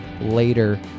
later